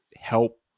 help